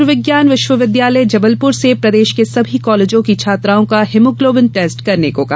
आय्र्विज्ञान विश्वविद्यालय जबलपुर से प्रदेश के सभी कॉलेजों की छात्राओं का हीमोग्लोबिन टेस्ट करने को कहा